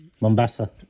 Mombasa